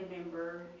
member